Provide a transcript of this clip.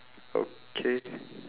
okay